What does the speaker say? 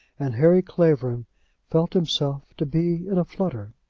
and harry clavering felt himself to be in a flutter.